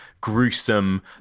gruesome